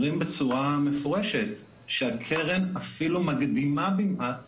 אומרים בצורה מפורשת שהקרן אפילו מקדימה במעט